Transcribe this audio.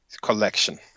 collection